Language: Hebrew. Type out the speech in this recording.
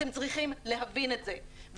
אתם צריכים להבין את זה.